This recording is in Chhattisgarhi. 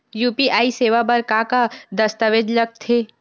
यू.पी.आई सेवा बर का का दस्तावेज लगथे?